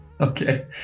okay